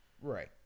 Right